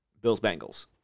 Bills-Bengals